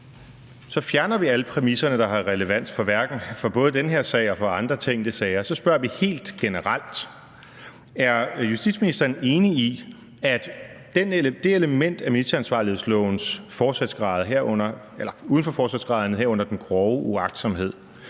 Så fjerner vi alle præmisserne, der har relevans for både den her sag og for andre tænkte sager, og så spørger vi helt generelt: Er justitsministeren enig i, at elementet af ministeransvarlighedsloven uden for forsætsgraderne, herunder den grove uagtsomhed,